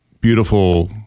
beautiful